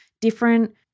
different